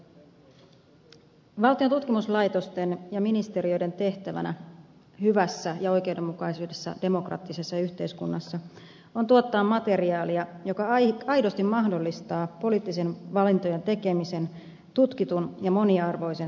valtion tutkimuslaitosten ja ministeriöiden tehtävänä hyvässä ja oikeudenmukaisessa demokraattisessa yhteiskunnassa on tuottaa materiaalia joka aidosti mahdollistaa poliittisten valintojen tekemisen tutkitun ja moniarvoisen tiedon perusteella